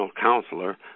counselor